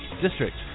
district